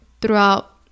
throughout